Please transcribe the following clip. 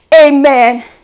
Amen